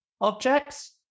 objects